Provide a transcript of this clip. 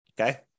Okay